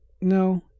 no